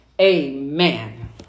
Amen